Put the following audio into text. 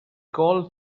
called